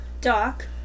Doc